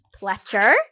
Pletcher